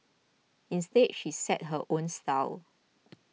instead she sets her own style